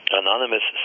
anonymous